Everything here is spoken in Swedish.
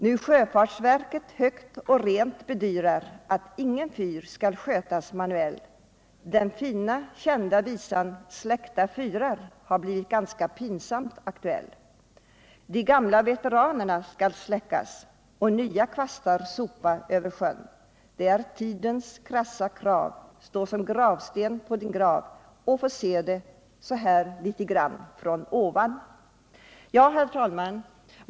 ”Nu Sjöfartsverket högt och rent bedyrar att ingen fyr skall skötas manuell har blivit ganska pinsamt aktuell De gamla veteranerna skall släckas och nya kvastar sopa över sjön Det är tidens krassa krav stå som gravsten på sin grav Och få se det lite” grann så här från ovan.” Herr talman!